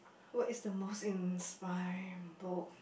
what is the most inspiring book